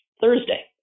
Thursday